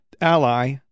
Ally